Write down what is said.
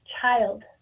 child